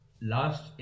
Last